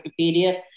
Wikipedia